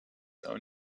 own